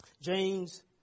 James